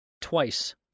Twice